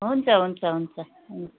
हुन्छ हुन्छ हुन्छ हुन्छ